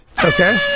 Okay